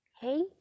hey